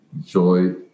Joy